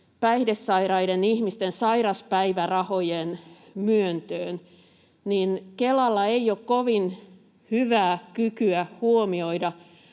päihdesairaiden ihmisten sairaspäivärahojen myöntöön: Kelalla ei ole kovin hyvää kykyä huomioida